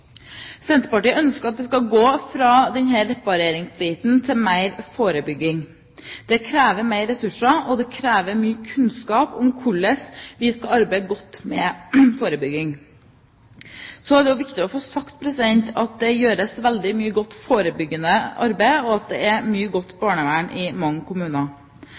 Senterpartiet ønsker at man skal gå fra denne «repareringsbiten» til mer forebygging. Det krever mer ressurser, og det krever mye kunnskap om hvordan vi skal arbeide godt med forebygging. Det er også viktig å få sagt at det gjøres veldig mye godt forebyggende arbeid, og at det er mye godt barnevern i mange kommuner.